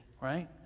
right